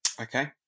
Okay